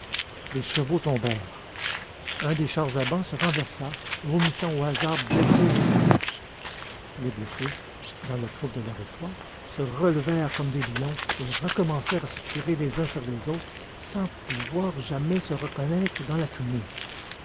les chevaux tombèrent un des chars à bancs se renversa vomissant au hasard blessés et sacoches les blessés dans le trouble de leur effroi se relevèrent comme des lions et recommencèrent à se tirer les uns sur les autres sans pouvoir jamais se reconnaître dans la fumée